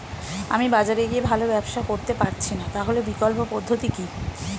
আমি বাজারে গিয়ে ভালো ব্যবসা করতে পারছি না তাহলে বিকল্প পদ্ধতি কি?